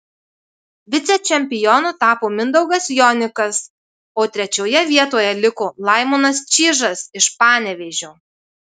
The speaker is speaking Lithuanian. vicečempionu tapo mindaugas jonikas o trečioje vietoje liko laimonas čyžas iš panevėžio